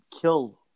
kill